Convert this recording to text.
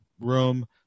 room